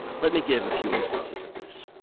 let me give a few instances of this.